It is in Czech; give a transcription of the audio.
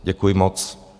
Děkuji moc.